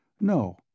No